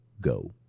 go